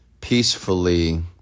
peacefully